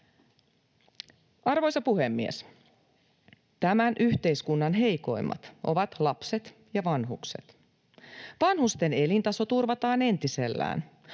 Arvoisa puhemies! Tämän yhteiskunnan heikoimmat ovat lapset ja vanhukset. Vanhusten elintaso turvataan entisellään.